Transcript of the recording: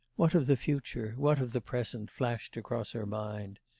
what of the future? what of the present flashed across her mind.